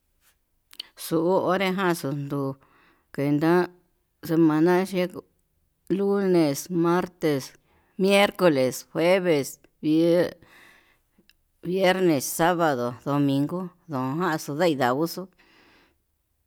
Xuu onreján xunduu kuenta semana yeko'o lunes, martes, miercoles, jueves, vier- viernes, sabado, domigo, dojan n i dauxu.